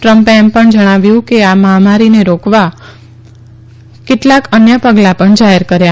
ટ્રમ્પે એમ પણ જણાવ્યું છે કે આ મહામારીને રોકવા મો કેટલાક અન્ય પગલાં પણ જાહેર કર્યા